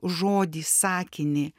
žodį sakinį